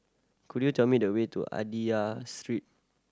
could you tell me the way to Street